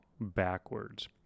backwards